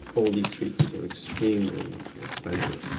all these treatments are extremely expensive.